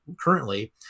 currently